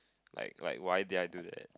like like why did I do that